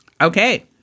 Okay